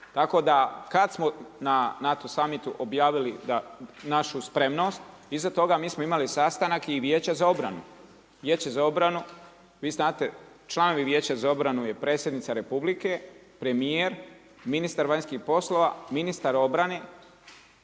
tako da kad smo na NATO summitu objavili našu spremnost, iza toga mi smo imali sastanak i Vijeća za obranu. Vi znate članovi Vijeća za obranu je Predsjednica Republike, premijer, ministar vanjskih poslova, ministar obrane,